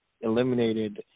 eliminated